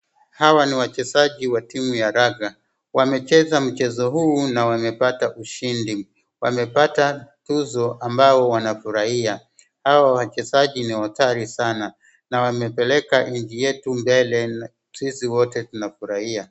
Hawa ni wachezaji wa timu ya raga, wamecheza mchezo huu na wamepata ushindi, wamepata tuzo ambao wanafurahia. Hawa wachezaji ni hodari sana, na wamepeleka nchi yetu mbele sisi wote tunafurahia.